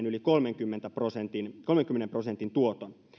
yli kolmenkymmenen prosentin kolmenkymmenen prosentin tuoton